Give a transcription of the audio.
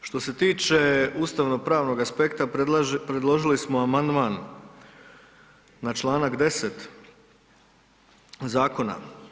Što se tiče ustavnopravnog aspekta predložili smo amandman na čl. 10. zakona.